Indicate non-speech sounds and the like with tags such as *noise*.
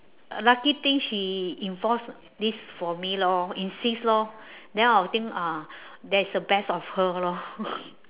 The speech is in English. lucky thing she enforce this for me lor insist lor then I'll think ah that's the best of her lor *laughs*